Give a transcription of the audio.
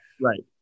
Right